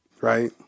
right